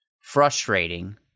frustrating